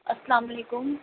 السلام علیکم